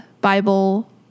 Bible